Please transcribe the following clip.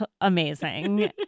amazing